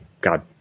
God